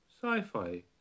sci-fi